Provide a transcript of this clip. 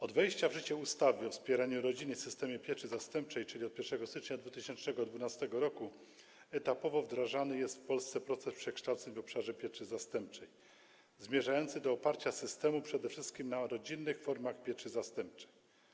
Od wejścia w życie ustawy o wspieraniu rodziny i systemie pieczy zastępczej, czyli od 1 stycznia 2012 r., etapowo wdrażany jest w Polsce proces przekształceń w obszarze pieczy zastępczej zmierzający do oparcia systemu przede wszystkim na rodzinnych formach pieczy zastępczej.